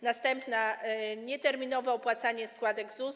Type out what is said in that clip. Następna - nieterminowe opłacanie składek ZUS.